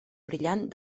brillant